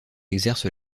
exerce